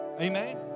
Amen